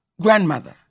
grandmother